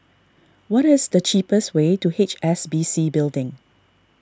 what is the cheapest way to H S B C Building